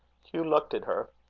hugh looked at her.